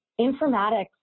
Informatics